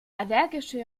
allergische